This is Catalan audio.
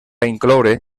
incloure